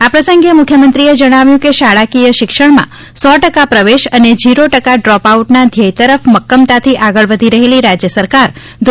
આ પ્રસંગે મુખ્યમંત્રીએ જણાવ્યું કે શાળાકીય શિક્ષણમાં સો ટકા પ્રવેશ અને ઝીરો ટકા ડ્રોપ આઉટના ધ્યેય તરફ મક્કમતાથી આગળ વધી રહેલી રાજ્ય સરકાર ધો